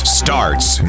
starts